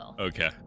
Okay